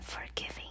unforgiving